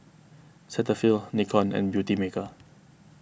Cetaphil Nikon and Beautymaker